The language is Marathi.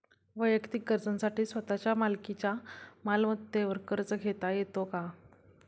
वैयक्तिक गरजांसाठी स्वतःच्या मालकीच्या मालमत्तेवर कर्ज घेता येतो का?